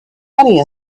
money